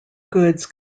goods